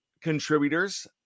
contributors